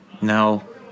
No